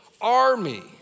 army